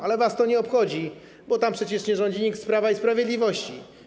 Ale was to nie obchodzi, bo tam przecież nie rządzi nikt z Prawa i Sprawiedliwości.